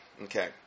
okay